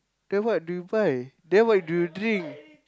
then what do you buy then what do you drink